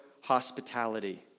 hospitality